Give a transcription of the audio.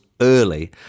early